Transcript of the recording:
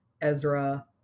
Ezra